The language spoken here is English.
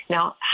Now